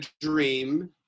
dream